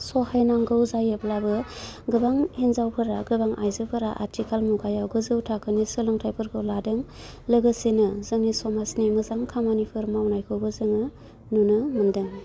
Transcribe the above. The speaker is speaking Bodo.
सहायनांगौ जायोब्लाबो गोबां हिन्जावफोरा गोबां आइजोफोरा आथिखाल मुगायाव गोजौ थाखोनि सोलोंथाइफोरखौ लादों लोगोसेनो जोंनि समाजनि मोजां खामानिफोर मावनायखौबो जोङो नुनो मोन्दों